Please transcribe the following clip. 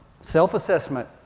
self-assessment